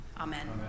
Amen